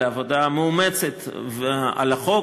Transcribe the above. על העבודה המאומצת על החוק,